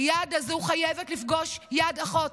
היד הזו חייבת לפגוש יד אחות.